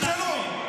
בשלום.